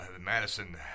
Madison